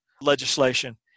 legislation